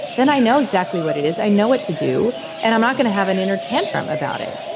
then i know exactly what it is i know what to do and i'm not going to have an inner tantrum about it.